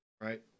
right